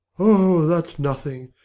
oh, that's nothing.